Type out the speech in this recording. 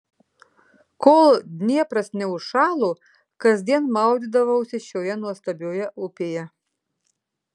kol dniepras neužšalo kasdien maudydavausi šioje nuostabioje upėje